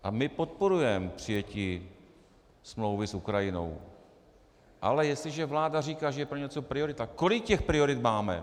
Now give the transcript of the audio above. A my podporujeme přijetí smlouvy s Ukrajinou, ale jestliže vláda říká, že je pro ni něco priorita, kolik těch priorit máme?